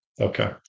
Okay